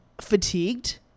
fatigued